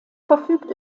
verfügt